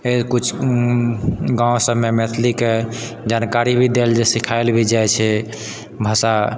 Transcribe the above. कुछ गाँवसबमे मैथिलीके जानकारी भी देल सिखैल भी जाइ छै भाषा